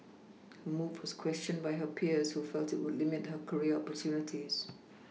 her move was questioned by her peers who felt it would limit her career opportunities